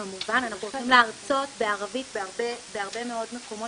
כמובן הולכים להרצות בערבית בהרבה מאוד מקומות,